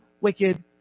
wicked